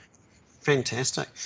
fantastic